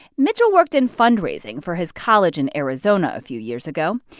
mitchell worked in fundraising for his college in arizona a few years ago.